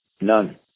None